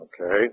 Okay